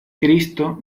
cristo